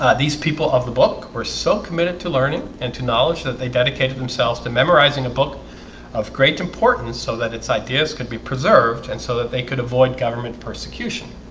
these people of the book are so committed to learning and to knowledge that they dedicated themselves to memorizing a book of great importance so that its ideas could be preserved and so that they could avoid government persecution